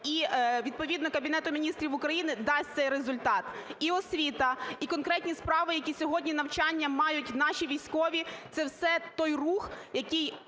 і, відповідно, Кабінету Міністрів України – дасть цей результат. І освіта, і конкретні справи, які сьогодні… навчання мають наші військові – це все той рух, який